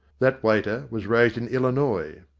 that waiter was raised in illinois.